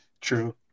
True